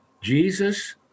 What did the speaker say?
Jesus